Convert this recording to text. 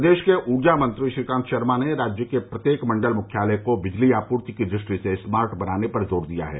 प्रदेश के उर्जा मंत्री श्रीकांत शर्मा ने राज्य के प्रत्येक मंडल मुख्यालय को बिजली आपूर्ति की दृष्टि से स्मार्ट बनाने पर जोर दिया है